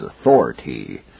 authority